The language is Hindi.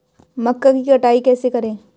मक्का की कटाई कैसे करें?